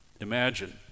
Imagine